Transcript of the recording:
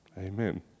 Amen